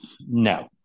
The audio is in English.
no